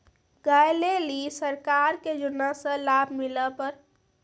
गाय ले ली सरकार के योजना से लाभ मिला पर?